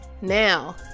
now